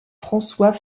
françois